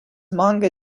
manga